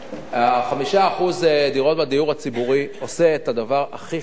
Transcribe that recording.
ה-5% דירות בדיור הציבורי עושים את הדבר הכי חכם,